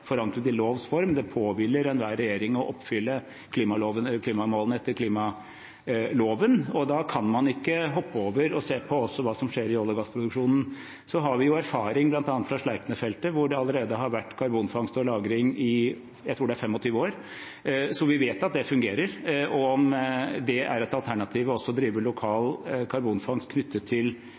forankret i lovs form. Det påhviler enhver regjering å oppfylle klimamålene etter klimaloven, og da kan man ikke hoppe over å se på hva som skjer i olje- og gassproduksjonen. Vi har erfaring fra bl.a. Sleipnerfeltet, hvor det allerede har vært karbonfangst og lagring i 25 år, tror jeg det er. Så vi vet at det fungerer. Om det er et alternativ også å drive lokal karbonfangst knyttet til